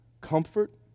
comfort